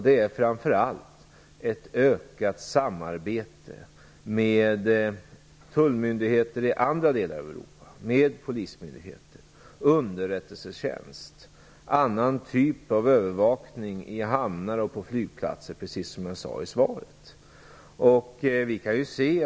Det är framför allt ökat samarbete med tullmyndigheter i andra delar av Europa, med polismyndigheter och underrättelsetjänst, och annan typ av övervakning i hamnar och på flygplatser, precis som jag sade i svaret.